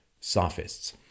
sophists